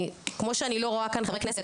כמו שאני לא רואה כאן חברי כנסת,